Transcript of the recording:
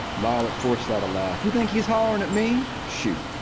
violet forced out a laugh. you think he's hollering at me? shoot.